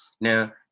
now